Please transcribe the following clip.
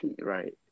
Right